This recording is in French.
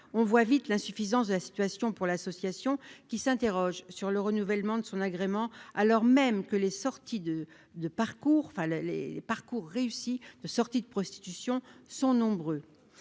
on voit vite l'insuffisance de la situation pour l'association, qui s'interroge sur le renouvellement de son agrément, alors même que les sorties de de parcours fallait les les parcours réussi de sortie de prostitution sont nombreux